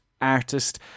Artist